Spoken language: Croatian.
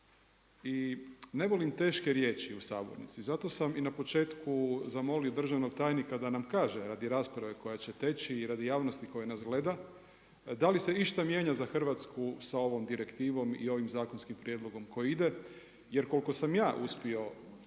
I ne volim teške riječi u sabornici, zato sam na početku zamolio državnog tajnika da nam kaže radi rasprave koja će teći i radi javnosti koja nas gleda, da li se išta mijenja za Hrvatsku sa ovom direktivom i ovim zakonskim prijedlogom koji ide jer koliko sam ja uspio,